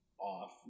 off